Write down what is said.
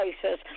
places